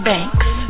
Banks